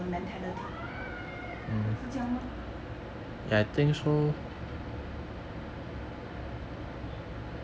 mentality 是是这样吗